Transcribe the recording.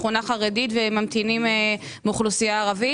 שכונה חרדית וממתינים מאוכלוסייה ערבית,